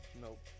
Nope